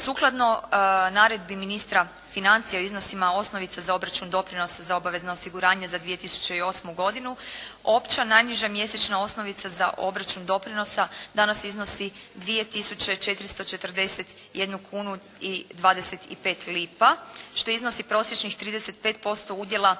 Sukladno naredbi ministra financija o iznosima osnovica za obračun doprinosa za obavezna osiguranja za 208. godinu, opća najniža mjesečna osnovica za obračun doprinosa danas iznosi 2 tisuće 441 kunu i 25 lipa što iznosi prosječnih 35% udjela